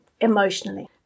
emotionally